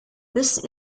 this